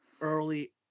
early